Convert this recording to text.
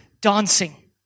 dancing